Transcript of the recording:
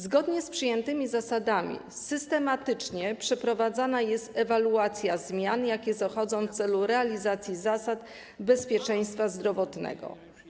Zgodnie z przyjętymi zasadami systematycznie przeprowadzana jest ewaluacja zmian, jakie zachodzą w celu realizacji zasad bezpieczeństwa zdrowotnego.